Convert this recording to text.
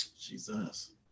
Jesus